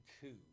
two